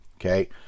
okay